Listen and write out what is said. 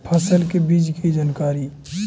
फसल के बीज की जानकारी?